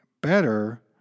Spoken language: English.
better